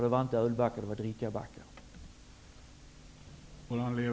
Det var inte ölbackar -- det var drickabackar.